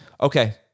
Okay